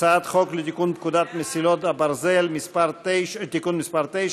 הצעת חוק לתיקון פקודת מסילות הברזל (מס' 9),